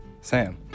Sam